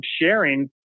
sharing